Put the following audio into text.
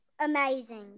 amazing